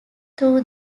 through